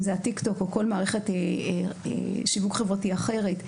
אם זה הטיקטוק או כל מערכת שיווק חברתי אחרת,